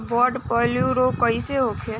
Bird flu रोग कईसे होखे?